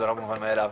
זה לא מובן מאליו,